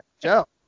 Joe